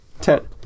ten